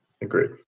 Agreed